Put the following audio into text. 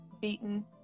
beaten